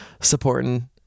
supporting